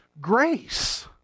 grace